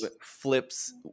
flips